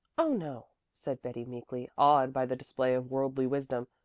oh, no, said betty meekly, awed by the display of worldly wisdom.